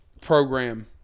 program